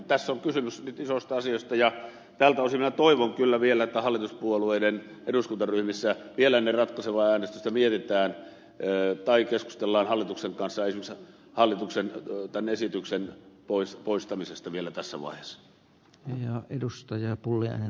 tässä on kysymys nyt isosta asiasta ja tältä osin minä toivon kyllä vielä että vielä ennen ratkaisevaa äänestystä hallituspuolueiden eduskuntaryhmissä mietitään tai keskustellaan hallituksen kanssa esimerkiksi tämän hallituksen esityksen poistamisesta vielä tässä vaiheessa